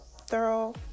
thorough